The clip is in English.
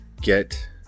get